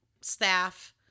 staff